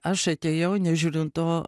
aš atėjau nežiūrint to